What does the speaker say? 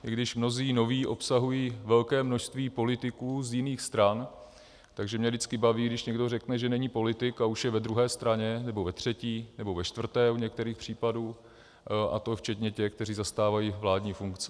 I když mnozí noví obsahují velké množství politiků z jiných stran, takže mě vždycky baví, když někdo řekne, že není politik, a už je ve druhé straně nebo ve třetí nebo ve čtvrté u některých případů, a to včetně těch, kteří zastávají vládní funkce.